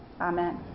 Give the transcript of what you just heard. Amen